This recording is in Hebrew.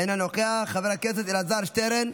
אינו נוכח, חבר הכנסת אלעזר שטרן,